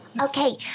Okay